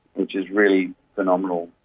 which is really phenomenal.